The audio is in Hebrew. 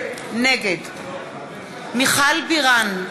נגד מיכל בירן,